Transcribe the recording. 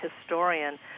historian